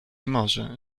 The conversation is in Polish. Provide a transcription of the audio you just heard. może